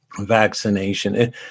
vaccination